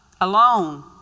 alone